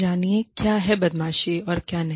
जानिए क्या है बदमाशी और क्या नहीं